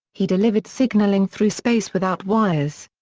he delivered signalling through space without wires.